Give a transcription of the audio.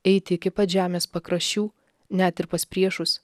eiti iki pat žemės pakraščių net ir pas priešus